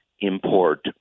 import